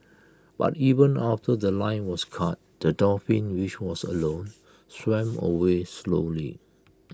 but even after The Line was cut the dolphin which was alone swam away slowly